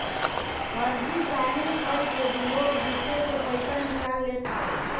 फर्जी साइन करके लोग दूसरा के पईसा निकाल लेत हवे